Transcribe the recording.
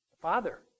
Father